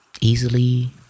easily